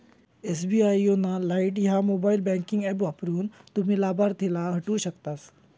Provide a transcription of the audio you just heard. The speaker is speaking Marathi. एस.बी.आई योनो लाइट ह्या मोबाईल बँकिंग ऍप वापरून, तुम्ही लाभार्थीला हटवू शकतास